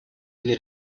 для